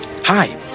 Hi